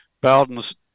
Bowden's